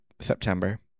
September